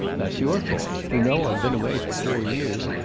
that's your fault. you know i've been away for four years,